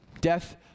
Death